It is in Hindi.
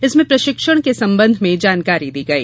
इसमें प्रशिक्षण के संबंध में जानकारी दी गई